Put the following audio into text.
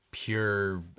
pure